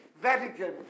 Vatican